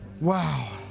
Wow